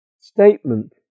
statement